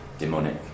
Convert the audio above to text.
demonic